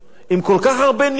עם כל כך הרבה ניכור.